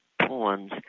pawns